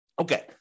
Okay